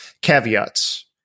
caveats